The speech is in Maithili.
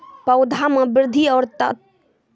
पौधा मे बृद्धि और ताकतवर बास्ते कोन उर्वरक के उपयोग होतै?